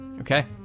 Okay